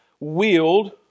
Wield